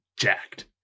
jacked